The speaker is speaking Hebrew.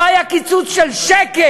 לא היה קיצוץ של שקל,